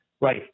right